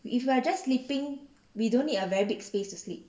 if you are just sleeping we don't need a very big space to sleep